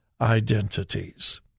identities